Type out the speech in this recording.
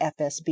FSB